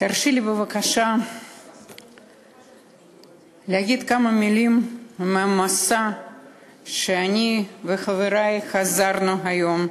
תרשי לי בבקשה להגיד כמה מילים על המסע שאני וחברי חזרנו ממנו היום,